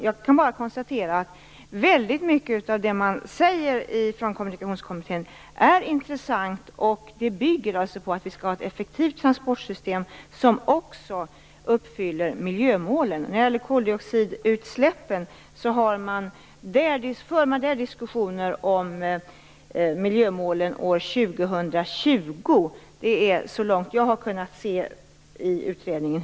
Jag kan bara konstatera att väldigt mycket av det som Kommunikationskommittén säger är intressant, och det bygger på att vi skall ha ett effektivt transportsystem, som också uppfyller miljömålen. Vad gäller koldioxidutsläppen för man diskussioner om miljömålen år 2020. Det är vad jag hittills känner till om utredningen.